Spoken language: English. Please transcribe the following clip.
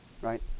right